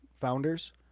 founders